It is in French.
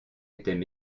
étaient